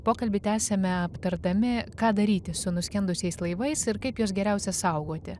pokalbį tęsiame aptardami ką daryti su nuskendusiais laivais ir kaip juos geriausia saugoti